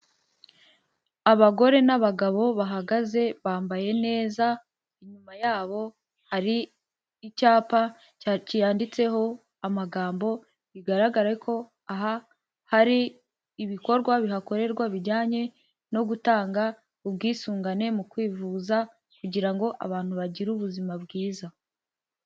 Abagore n'abagabo bahagaze bambaye neza, inyuma yabo hari icyapa cyanditseho amagambo bigaragare ko aha hari ibikorwa bihakorerwa bijyanye no gutanga ubwisungane mu kwivuza kugira ngo abantu bagire ubuzima bwiza.